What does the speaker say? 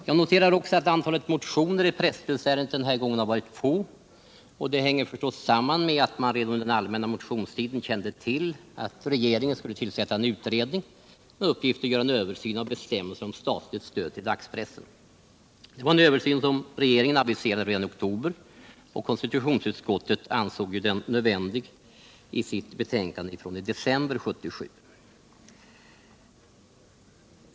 Jag noterar också att antalet motioner i presstödsärendet den här gången har varit litet. Det hänger förstås samman med att man redan under den allmänna motionstiden kände till att regeringen skulle tillsätta en utredning med uppgift att göra en översyn av bestämmelserna om statligt stöd till dagspressen. Det var en översyn som regeringen aviserade redan i oktober och som också konstitutionsutskottet ansåg nödvändig i sitt betänkande i december 1977.